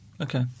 Okay